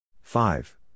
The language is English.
five